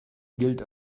gilt